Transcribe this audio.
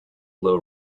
low